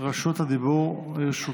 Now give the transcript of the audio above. רשות הדיבור שלך.